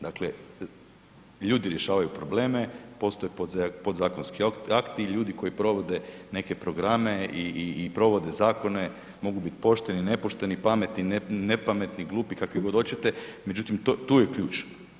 Dakle, ljudi rješavaju probleme, postoje podzakonski akti i ljudi koji provode neke programe i, i, i provode zakone mogu bit pošteni, nepošteni, pametni, nepametni, glupi, kakvi god oćete, međutim tu je ključ.